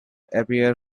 appear